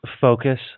focus